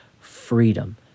freedom